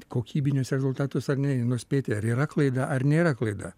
kokybinius rezultatus ar ne nuspėti ar yra klaida ar nėra klaida